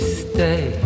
stay